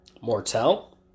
Mortel